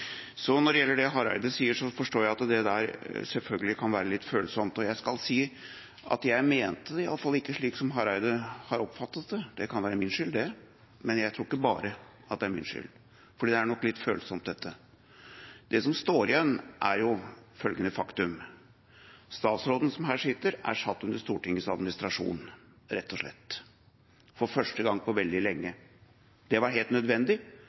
Så har jeg sagt det. Når det gjelder det Hareide sa, forstår jeg at det selvfølgelig kan være litt følsomt. Jeg skal si at jeg mente det i alle fall ikke slik som Hareide oppfattet det. Det kan være min skyld, men jeg tror ikke bare det er min skyld, fordi dette nok er litt følsomt. Det som står igjen, er følgende faktum: Statsråden som her sitter, er satt under Stortingets administrasjon – rett og slett – for første gang på veldig lenge. Det var helt nødvendig